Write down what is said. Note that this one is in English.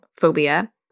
phobia